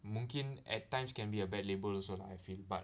mungkin at times can be a bad label also lah I feel but